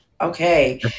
Okay